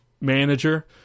manager